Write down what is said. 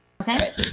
Okay